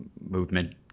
movement